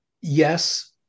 Yes